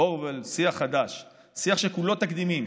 אורוול "שיח חדש" שיח שכולו תקדימים,